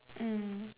mm